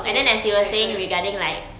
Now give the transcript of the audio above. yes correct correct